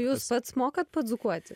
jūs pats mokat padzūkuoti